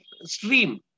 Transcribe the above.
stream